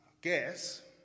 guess